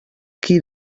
qui